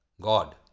God